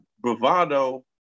bravado